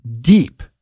deep